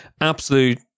absolute